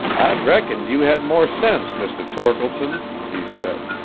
i'd reckoned you had more sense, mr. torkeldsen, he said.